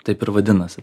taip ir vadinasi